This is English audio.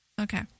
Okay